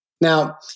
Now